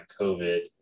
COVID